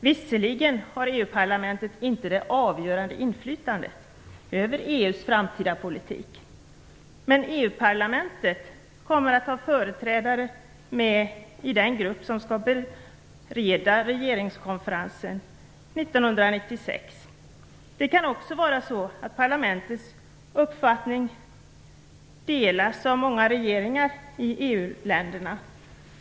EU-parlamentet har visserligen inte det avgörande inflytandet över EU:s framtida politik, men EU parlamentet kommer att ha företrädare med i den grupp som skall förbereda regeringskonferensen 1996. Det kan också vara så att parlamentets uppfattning delas av regeringen i många EU-länder.